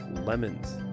Lemons